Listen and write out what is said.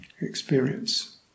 experience